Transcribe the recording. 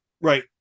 Right